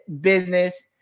business